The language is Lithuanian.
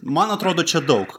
man atrodo čia daug